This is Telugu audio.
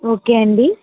ఓకే అండి